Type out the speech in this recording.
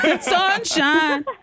Sunshine